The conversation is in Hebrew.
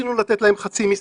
ניסינו לתת להם חצי משרה.